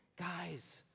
guys